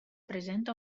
presenta